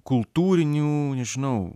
kultūrinių nežinau